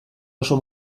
oso